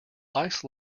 ice